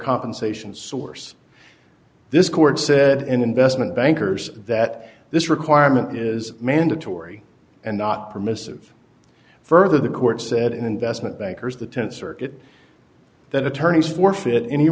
compensation source this court said in investment bankers that this requirement is mandatory and not permissive further the court said investment bankers the th circuit that attorneys forfeit any